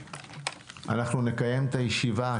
אנחנו נקיים את הישיבה,